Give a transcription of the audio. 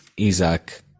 Isaac